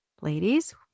ladies